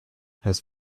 his